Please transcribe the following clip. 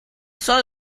soil